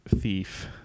thief